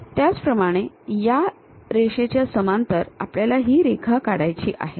त्याचप्रमाणे या रेषेच्या समांतर आपल्याला ही रेखा काढायची आहे